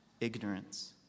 Ignorance